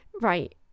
Right